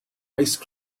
ice